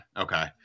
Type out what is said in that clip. okay